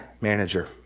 manager